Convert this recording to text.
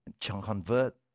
convert